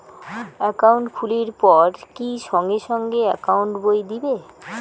Account খুলির পর কি সঙ্গে সঙ্গে একাউন্ট বই দিবে?